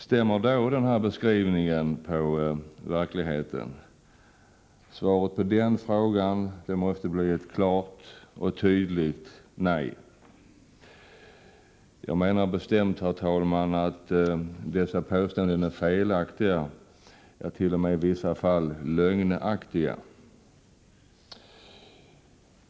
Stämmer då denna beskrivning på verkligheten? Svaret på den frågan måste bli ett klart och tydligt nej. Jag menar bestämt, herr talman, att dessa påståenden är felaktiga, ja, t.o.m. i vissa fall lögnaktiga.